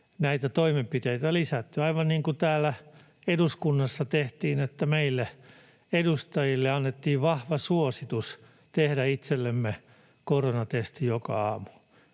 näitä toimenpiteitä lisätty — aivan niin kuin täällä eduskunnassa tehtiin, että meille edustajille annettiin vahva suositus tehdä itsellemme koronatesti joka aamu